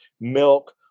milk